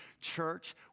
Church